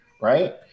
Right